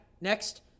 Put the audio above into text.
next